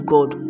God